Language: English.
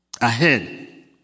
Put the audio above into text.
ahead